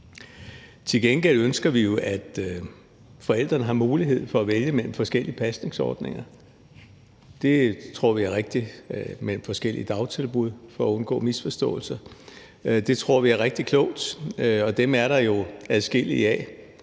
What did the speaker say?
Til gengæld ønsker vi jo, at forældrene har mulighed for at vælge mellem forskellige pasningsordninger, altså mellem forskellige dagtilbud – for at undgå misforståelser. Det tror vi er rigtig klogt, og dem er der jo adskillige af.